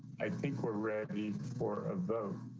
i think we're ready for a vote,